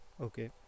okay